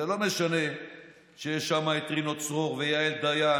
זה לא משנה שיש שם את רינו צרור ויעל דיין